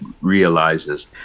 realizes